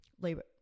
labor